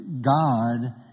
God